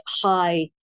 high